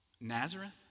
Nazareth